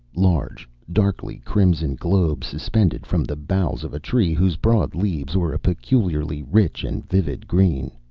large, darkly crimson globes suspended from the boughs of a tree whose broad leaves were a peculiarly rich and vivid green.